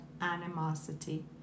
animosity